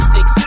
Six